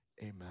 Amen